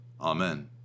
Amen